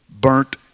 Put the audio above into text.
burnt